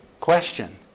Question